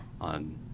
on